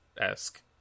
esque